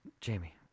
Jamie